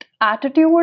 attitude